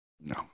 No